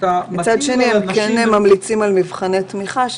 מצד שני הם כן ממליצים על מבחני תמיכה.